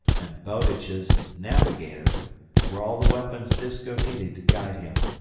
and bowditch's navigator were all the weapons disko needed to guide him,